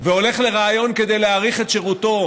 והולך לריאיון כדי להאריך את שירותו,